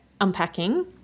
unpacking